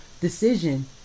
decision